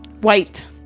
White